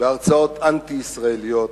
בהרצאות אנטי-ישראליות